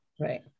Right